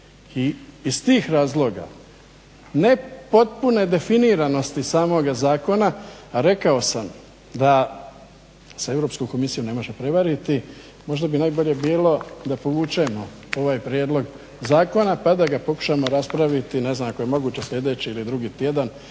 I iz tih razloga nepotpune definiranosti samoga zakona, rekao sam da se Europsku komisiju ne može prevariti, možda bi najbolje bilo da povučemo ovaj prijedlog zakona pa da ga pokušamo raspraviti, ne znam ako je moguće, sljedeći ili drugi tjedan